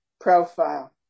profile